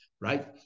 right